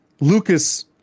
Lucas